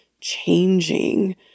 changing